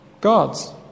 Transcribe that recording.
God's